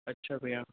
अच्छा भय्या